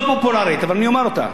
לא פופולרית, אבל אני אומר אותה,